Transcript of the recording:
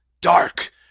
dark